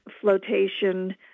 flotation